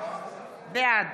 בעד